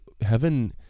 heaven